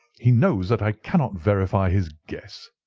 he knows that i cannot verify his guess.